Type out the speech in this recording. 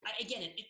Again